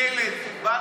ילד.